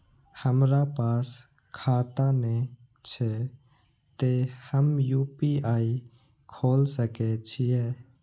हमरा पास खाता ने छे ते हम यू.पी.आई खोल सके छिए?